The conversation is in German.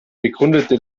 bekundete